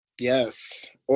Yes